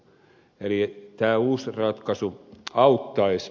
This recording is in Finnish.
eli tämä uusi ratkaisu auttaisi